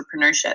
entrepreneurship